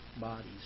Bodies